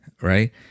right